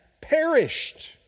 perished